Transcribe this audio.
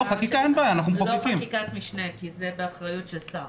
חקיקה, לא חקיקת משנה, כי זה באחריות של שר.